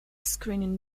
screening